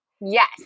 Yes